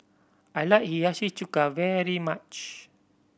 I like Hiyashi Chuka very much